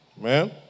Man